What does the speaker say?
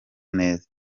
neza